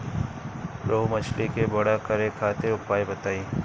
रोहु मछली के बड़ा करे खातिर उपाय बताईं?